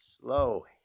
slow